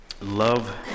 Love